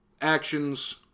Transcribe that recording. actions